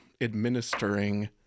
administering